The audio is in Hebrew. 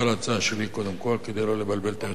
כדי לא לבלבל את היוצרות.